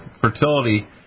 fertility